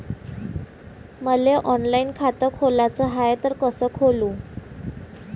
मले ऑनलाईन खातं खोलाचं हाय तर कस खोलू?